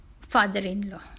father-in-law